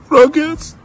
Rockets